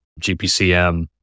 GPCM